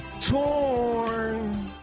Torn